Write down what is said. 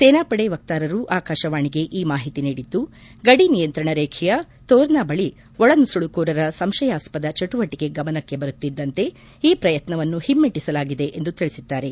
ಸೇನಾಪಡೆ ವಕಾರರು ಆಕಾಶವಾಣಿಗೆ ಈ ಮಾಹಿತಿ ನೀಡಿದ್ಗು ಗಡಿನಿಯಂತ್ರಣ ರೇಬೆಯ ತೋರ್ನಾ ಬಳಿ ಒಳ ನುಸುಳುಕೋರರ ಸಂಶಯಾಸ್ವದ ಚಟುವಟಿಕೆ ಗಮನಕ್ಕೆ ಬರುತ್ತಿದ್ದಂತೆ ಈ ಶ್ರಯತ್ನವನ್ನು ಹಿಮ್ಟೆಸಲಾಗಿದೆ ಎಂದು ತಿಳಿಸಿದ್ದಾರೆ